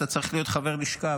אתה צריך להיות חבר לשכה,